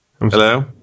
Hello